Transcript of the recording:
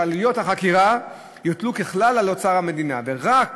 כך שעלויות החקירה יוטלו ככלל על אוצר המדינה ורק